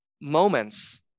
moments